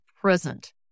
present